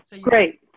Great